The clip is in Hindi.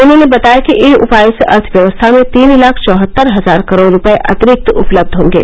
उन्होंने बताया कि इन उपायों से अर्थव्यवस्था में तीन लाख चौहत्तर हजार करोड़ रुपये अतिरिक्त उपलब्ध होंगे